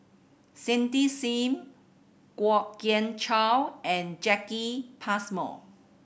Cindy Sim Kwok Kian Chow and Jacki Passmore